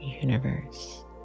Universe